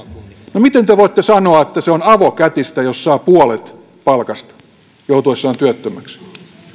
no miten te te voitte sanoa että se on avokätistä jos saa puolet palkastaan joutuessaan työttömäksi